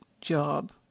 job